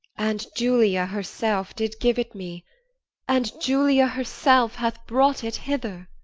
and julia herself did give it me and julia herself have brought it hither.